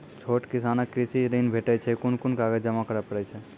छोट किसानक कृषि ॠण भेटै छै? कून कून कागज जमा करे पड़े छै?